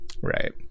right